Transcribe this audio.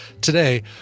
today